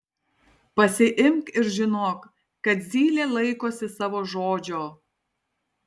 pasiimk ir žinok kad zylė laikosi savo žodžio